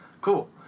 Cool